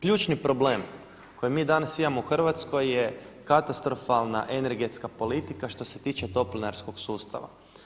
Ključni problem koji mi danas imamo u Hrvatsko je katastrofalna energetska politika što se tiče toplinarskog sustava.